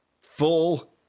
full